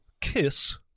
kiss